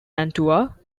mantua